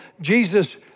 Jesus